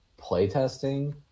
playtesting